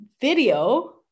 video